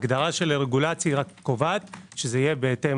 ההגדרה של הרגולציה קובעת שזה יהיה בהתאם